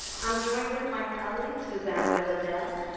i'm joined with my colleagues, susana vilardell.